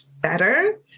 better